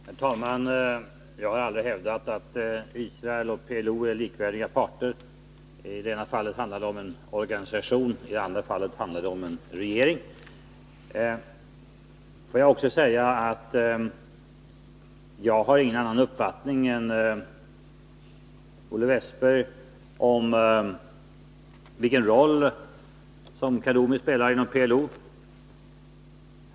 Herr talman! Jag har aldrig hävdat att Israel och PLO är likvärdiga parter. I det ena fallet handlar det om en organisation, i det andra fallet handlar det om en regering. Jag vill också säga att jag inte har någon annan uppfattning än Olle Wästberg har om vilken roll som Kaddoumi spelar inom PLO.